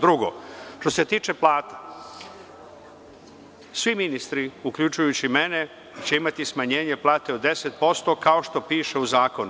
Drugo, što se tiče plata, svi ministri, uključujući i mene, će imati smanjenje plate od 10%, kao što piše u Zakonu.